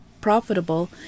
profitable